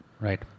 Right